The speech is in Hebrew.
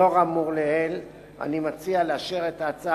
לאור האמור לעיל אני מציע לאשר את ההצעה